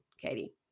Katie